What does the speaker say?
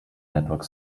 network